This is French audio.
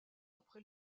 après